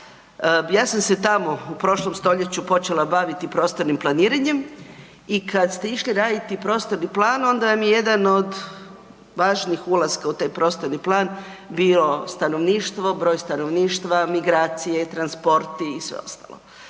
Ja sam se tamo u prošlom stoljeću počela baviti prostornim planiranjem i kad ste išli raditi prostorni plan onda mi je jedan od važnijih ulaska u taj prostorni plan bio stanovništvo, broj stanovništva, migracije, transporti i sve ostalo.